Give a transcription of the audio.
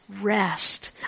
rest